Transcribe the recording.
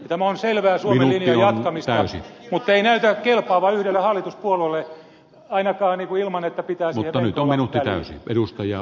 tämä on selvää suomen linjan jatkamista mutta ei näytä kelpaavan yhdelle hallituspuolueelle ainakaan ilman että pitää siihen venkoilla väliin